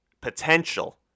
Potential